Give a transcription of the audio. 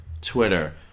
Twitter